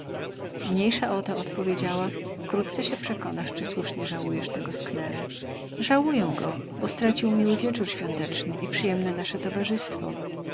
o to odpowiedziała wkrótce się przekonasz czy słusznie żałujesz tego sknerę żałuję go bo stracił miły wieczór świąteczny i przyjemne nasze towarzystwo